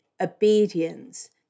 obedience